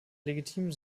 legitimen